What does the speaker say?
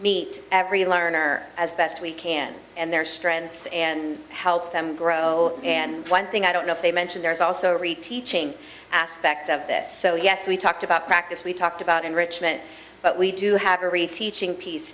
meet every learner as best we can and their strengths and help them grow and one thing i don't know if they mention there's also reteaching aspect of this oh yes we talked about practice we talked about enrichment but we do have a reteaching piece